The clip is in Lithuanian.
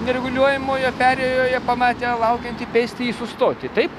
nereguliuojamoje perėjoje pamatę laukiantį pėstįjį sustoti taip